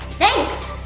thanks!